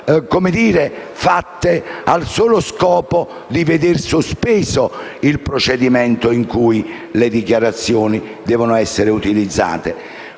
saranno fatte al solo scopo di vedere sospeso il procedimento in cui le dichiarazioni devono essere utilizzate?